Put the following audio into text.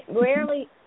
rarely